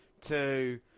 two